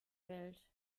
welt